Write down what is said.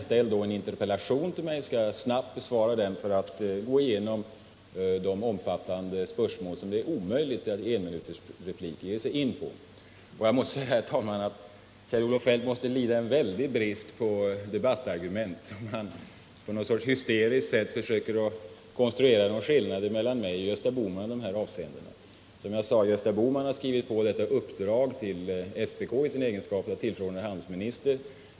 Ställ i så fall en interpellation till mig, så skall jag snabbt besvara den och gå igenom de omfattande spörsmål som det är omöjligt att i enminutsrepliker ge sig in på. Kjell-Olof Feldt måste lida en mycket stor brist på debattargument, eftersom han på något slags hysteriskt sätt försöker konstruera någon skillnad i uppfattning mellan mig och Gösta Bohman i dessa avseenden. Som jag nämnde förut: Gösta Bohman har skrivit på uppdraget till SPK i sin egenskap av tillförordnad handelsminister.